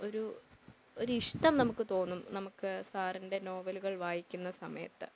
ഒരു ഒരു ഇഷ്ടം നമുക്ക് തോന്നും നമുക്ക് സാറിൻ്റെ നോവലുകൾ വായിക്കുന്ന സമയത്ത്